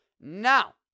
Now